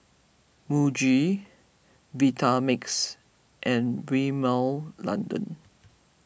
Muji Vitamix and Rimmel London